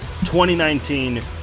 2019